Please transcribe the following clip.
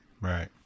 Right